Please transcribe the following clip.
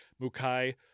Mukai